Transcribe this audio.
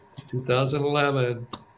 2011